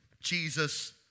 Jesus